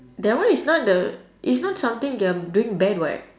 that one is not the is not something that I'm doing bad [what]